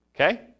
Okay